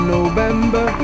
November